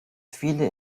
viele